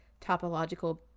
topological